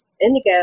indigo